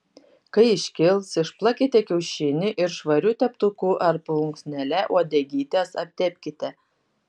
kai iškils išplakite kiaušinį ir švariu teptuku ar plunksnele uodegytes aptepkite